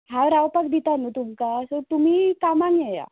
हांव रावपाक दिता न्हय तुमकां सो तुमी कामांक येया